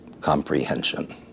comprehension